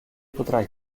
potrai